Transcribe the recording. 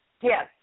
Yes